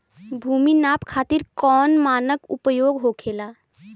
भूमि नाप खातिर कौन मानक उपयोग होखेला?